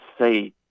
say